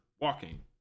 walking